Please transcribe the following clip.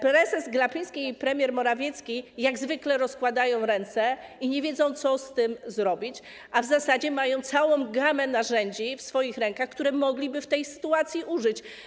Prezes Glapiński i premier Morawiecki jak zwykle rozkładają ręce i nie wiedzą, co z tym zrobić, a w zasadzie mają całą gamę narzędzi w swoim rękach, których mogliby w tej sytuacji użyć.